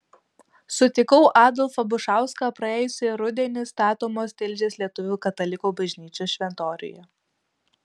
sutikau adolfą bušauską praėjusį rudenį statomos tilžės lietuvių katalikų bažnyčios šventoriuje